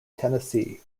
tennessee